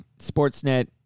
Sportsnet